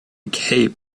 cape